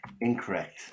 Incorrect